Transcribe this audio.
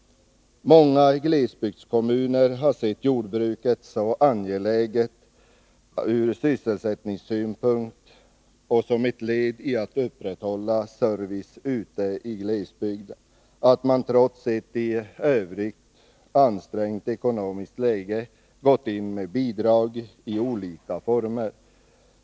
Många glesbygdskommuner har sett jordbruket så angeläget ur sysselsättningssynpunkt, och som ett led i att upprätthålla service ute i glesbygden, att man trots ett i övrigt ansträngt ekonomiskt läge gått in med bidrag i olika former.